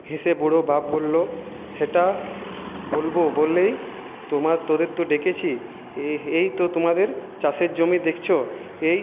হেসে বুড়ো বাপ বললো সেটা বলবো বলেই তোমার তোদের তো ডেকেছি এ হেই তো তোমাদের চাষের জমি দেখছো এই